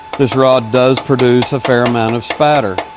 this rod does produce a fair amount of spatter.